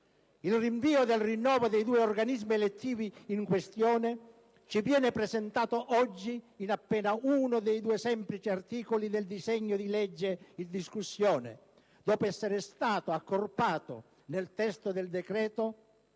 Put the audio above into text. Il rinvio del rinnovo dei due organismi elettivi in questione ci viene presentato oggi in appena uno dei due semplici articoli del decreto-legge in discussione, dopo essere stato accorpato nel testo del decreto,